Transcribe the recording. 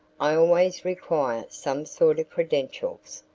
i always require some sort of credentials.